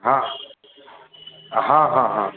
हाँ हाँ हाँ हाँ